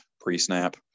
pre-snap